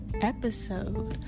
episode